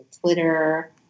Twitter